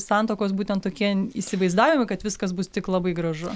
santuokos būtent tokie įsivaizdavimai kad viskas bus tik labai gražu